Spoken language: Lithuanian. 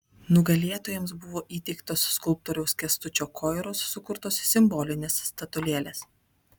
nugalėtojams buvo įteiktos skulptoriaus kęstučio koiros sukurtos simbolinės statulėlės